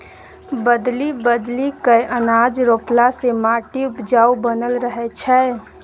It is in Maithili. बदलि बदलि कय अनाज रोपला से माटि उपजाऊ बनल रहै छै